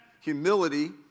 Humility